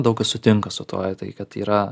daug kas sutinka su tuo tai kad yra